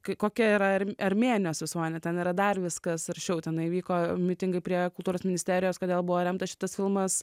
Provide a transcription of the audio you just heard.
kokia yra armė armėnijos visuomenė ten yra dar viskas aršiau tenai vyko mitingai prie kultūros ministerijos kodėl buvo remtas šitas filmas